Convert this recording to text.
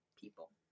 people